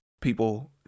people